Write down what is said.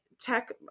tech